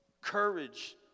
Courage